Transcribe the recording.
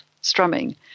strumming